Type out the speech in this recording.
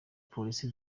polisi